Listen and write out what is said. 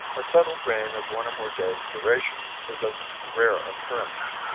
a settled rain of one or more days' duration is of rare occurrence.